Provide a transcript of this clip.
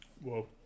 Whoa